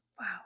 Wow